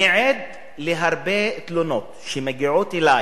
אני עד להרבה תלונות שמגיעות אלי